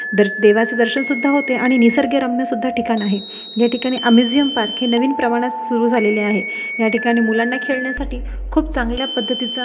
देवाचं दर्शनसुद्धा होते आणि निसर्गरम्यसुद्धा ठिकाण आहे या ठिकाणी अम्युझियम पार्क नवीन प्रमाणात सुरु झालेले आहे या ठिकाणी मुलांना खेळण्यासाठी खूप चांगल्या पद्धतीचा